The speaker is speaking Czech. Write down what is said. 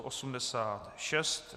86.